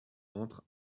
entrent